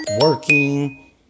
working